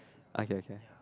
okay k